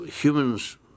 humans